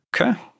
Okay